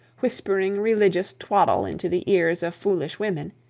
whispering religious twaddle into the ears of foolish women,